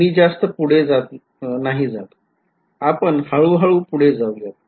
मी जास्त पुढे नाही जात आपण हळू हळू पुढे जाऊयात